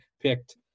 picked